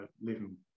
living